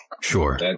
sure